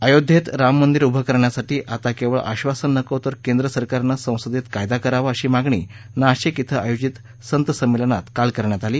अयोध्येत राम मंदिर उभे करण्यासाठी आता केवळ आश्वासन नको तर केंद्र सरकारनं संसंदेत कायदा करावा अशी मागणी नाशिक ा आयोजित संत संमेलनात काल करण्यात आली